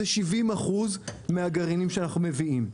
זה 70% מהגרעינים שאנחנו מביאים.